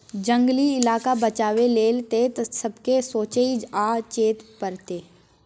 जंगली इलाका बचाबै लेल तए सबके सोचइ आ चेतै परतै